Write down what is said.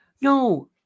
No